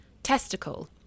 testicle